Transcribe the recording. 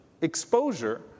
exposure